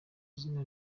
izina